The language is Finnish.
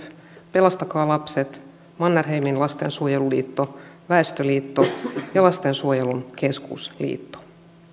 pelastakaa lapset mannerheimin lastensuojeluliitto väestöliitto ja lastensuojelun keskusliitto